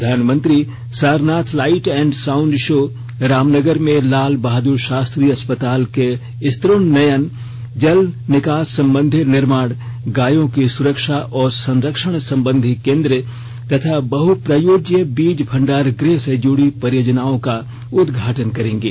प्रधानमंत्री Sarnath light and sound show Ramnagar में लाल बहादुर शास्त्री अस्पताल के स्तरोन्नयन जल निकास संबंधी निर्माण गायों की सुरक्षा और संरक्षण संबंधी केंद्र तथा बहप्रयोज्य बीज भंडारगृह से जुड़ी परियोजनाओं का उद्घाटन करेंगे